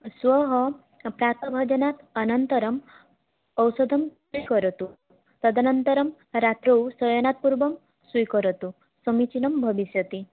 श्वः प्रातः भोजनात् अनन्तरं औषधं स्वीकरोतु तदनन्तरं रात्रौ शयनात् पूर्वं स्वीकरोतु समीचीनं भविष्यति